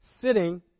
Sitting